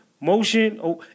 Motion